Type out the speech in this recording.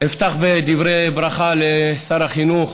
אפתח בדברי ברכה לשר החינוך